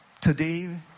today